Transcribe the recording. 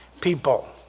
people